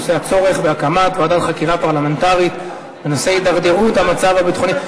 הצורך בהקמת ועדה חקירה פרלמנטרית בנושא הידרדרות המצב הביטחוני,